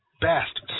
bastards